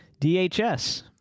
DHS